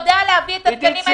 הוא יודע להביא את התקנים האלה.